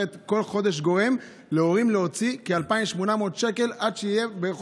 אחרת בכל חודש זה גורם להורים להוציא כ-2,800 שקל עד שהם יהיו,